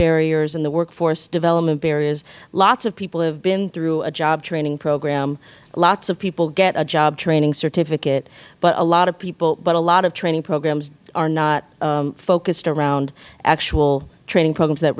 barriers and the workforce development barriers lots of people have been through a job training program lots of people get a job training certificate but a lot of people but a lot of training programs are not focused around actual training programs that